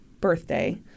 birthday